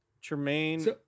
Tremaine